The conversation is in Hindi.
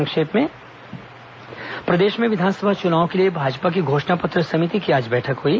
संक्षिप्त समाचार प्रदेश में विधानसभा चुनाव के लिए भाजपा की घोषणा पत्र समिति की आज बैठक हुई